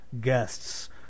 guests